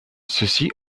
ceci